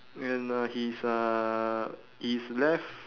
and uh his uh his left